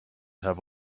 have